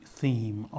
theme